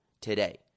today